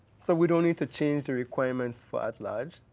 so we don't need to change the requirements for at-large.